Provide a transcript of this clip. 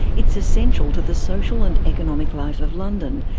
it's essential to the social and economic life of london,